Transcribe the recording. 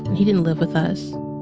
he didn't live with us.